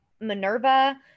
minerva